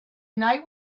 night